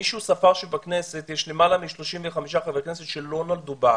מישהו ספר שבכנסת יש למעלה מ-35 חברי כנסת שלא נולדו בארץ.